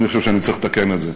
אני חושב שאני צריך לתקן את זה,